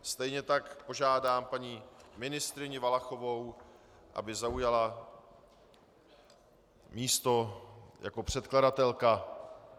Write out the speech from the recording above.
Stejně tak požádám paní ministryni Valachovou, aby zaujala místo jako předkladatelka.